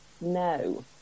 no